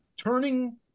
turning